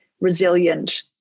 resilient